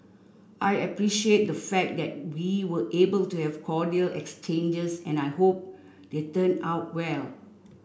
I appreciate the fact that we were able to have cordial exchanges and I hope they turn out well